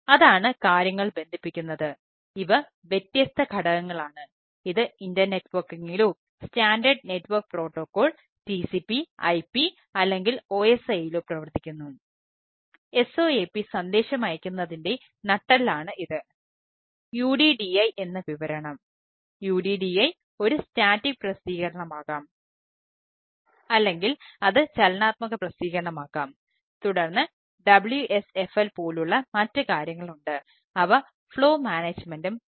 അതാണ് കാര്യങ്ങൾ ബന്ധിപ്പിക്കുന്നത് ഇവ വ്യത്യസ്ത ഘടകങ്ങളാണ് ഇത് ഇന്റർനെറ്റ്വർക്കിംഗിലോ തരവുമാണ്